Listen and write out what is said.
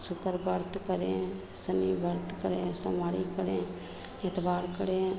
शुक्र व्रत करें शनि व्रत करें सोमवारी करें इतवार करें